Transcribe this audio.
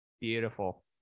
Beautiful